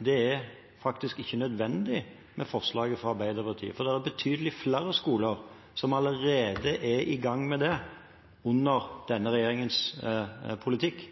Det er faktisk ikke nødvendig med forslaget fra Arbeiderpartiet, for det er betydelig flere skoler som allerede er i gang med det under denne regjeringens politikk.